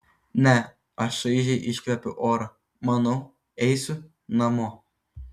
ne aš šaižiai iškvepiu orą manau eisiu namo